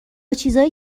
چیزای